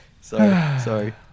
Sorry